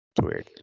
weird